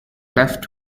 left